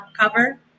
cover